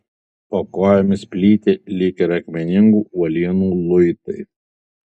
po kojomis plyti lyg ir akmeningų uolienų luitai